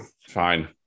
fine